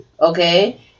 Okay